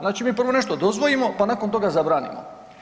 Znači, mi prvo nešto dozvolimo, pa nakon toga zabranimo.